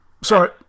Sorry